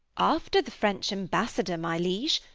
after the french ambassador, my liege,